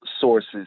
sources